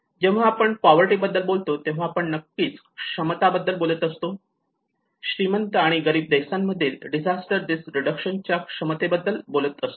जेव्हा आपण पोवर्टी बद्दल बोलतो तेव्हा आपण नक्कीच क्षमता बद्दल बोलत असतो श्रीमंत आणि गरीब देशांमधील डिझास्टर रिस्करीडक्शन च्या क्षमता बद्दल बोलत असतो